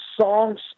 songs